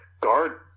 guard